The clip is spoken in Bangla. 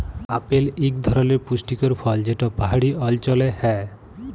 আপেল ইক ধরলের পুষ্টিকর ফল যেট পাহাড়ি অল্চলে হ্যয়